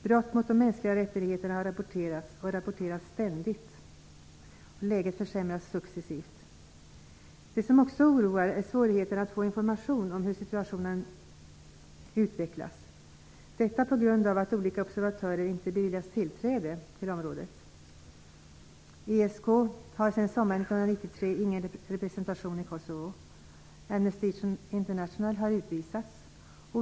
Brott mot de mänskliga rättigheterna har rapporterats och rapporteras ständigt. Läget försämras successivt. Det som också oroar är svårigheten att få information om hur situationen utvecklas, detta på grund av att olika observatörer inte beviljas tillträde till området. ESK har sedan sommaren 1993 ingen representation i Kosovo. Amnesty International har utvisats.